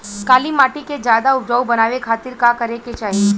काली माटी के ज्यादा उपजाऊ बनावे खातिर का करे के चाही?